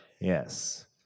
Yes